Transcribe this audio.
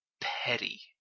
petty